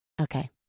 Okay